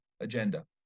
agenda